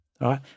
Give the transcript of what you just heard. right